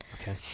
Okay